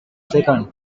second